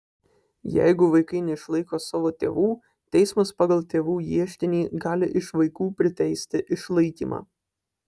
jeigu vaikai neišlaiko savo tėvų teismas pagal tėvų ieškinį gali iš vaikų priteisti išlaikymą